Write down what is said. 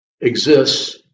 exists